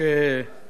מכובדי השר,